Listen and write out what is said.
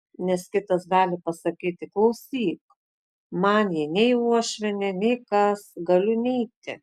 nes kitas gali pasakyti klausyk man ji nei uošvienė nei kas galiu neiti